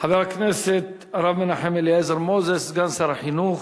חבר הכנסת הרב מנחם אליעזר מוזס, סגן שר החינוך,